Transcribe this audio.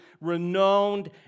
renowned